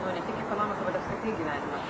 jau ne tik ekonomiką bet apskritai gyvenimą